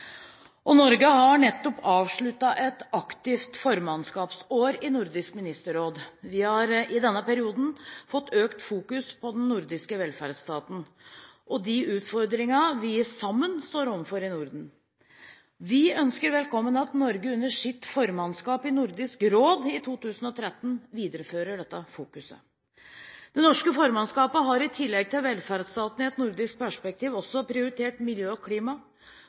og vil være viktig for utviklingen av vår region. Norge har nettopp avsluttet et aktivt formannskapsår i Nordisk ministerråd. Vi har i denne perioden fått økt fokus på den nordiske velferdsstaten og de utfordringer vi sammen står overfor i Norden. Vi ønsker velkommen at Norge under sitt formannskap i Nordisk råd i 2013 viderefører dette fokuset. Det norske formannskapet har i tillegg til velferdsstaten i et nordisk perspektiv også prioritert miljø og klima